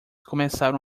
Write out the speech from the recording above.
começaram